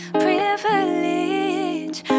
privilege